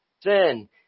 sin